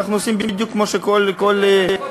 ואנחנו עושים בדיוק מה שכל אזרחי,